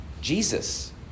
Jesus